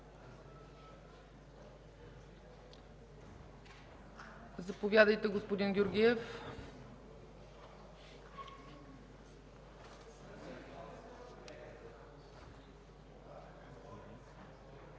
Заповядайте, господин Георгиев.